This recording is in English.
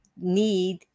need